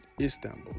Istanbul